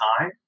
time